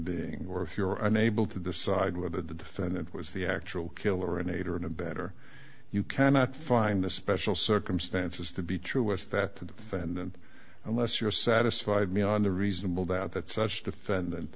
being or if you are unable to decide whether the defendant was the actual killer an aider and abettor you cannot find the special circumstances to be true is that the defendant unless you're satisfied me on the reasonable doubt that such defendant